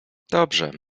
dobrze